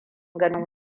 ganin